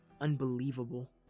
unbelievable